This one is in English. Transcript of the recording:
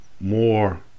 more